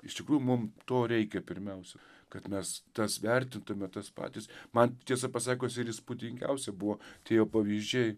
iš tikrųjų mum to reikia pirmiausia kad mes tas vertintume tas patys man tiesą pasakius ir įspūdingiausia buvo tie jo pavyzdžiai